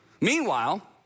Meanwhile